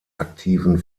aktiven